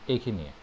এইখিনিয়েই